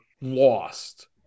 lost